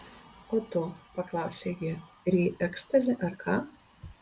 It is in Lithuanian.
o tu paklausė ji ryji ekstazį ar ką